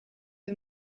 een